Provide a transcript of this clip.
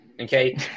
Okay